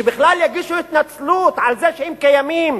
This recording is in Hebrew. שבכלל יגישו התנצלות על זה שהם קיימים